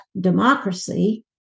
democracy